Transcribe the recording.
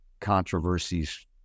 controversies